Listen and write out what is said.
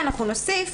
נוסיף